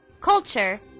Culture